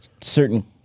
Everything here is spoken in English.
certain